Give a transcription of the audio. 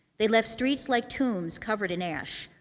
they left streets like tombs, covered in ash.